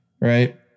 Right